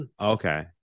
Okay